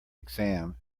exam